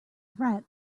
threat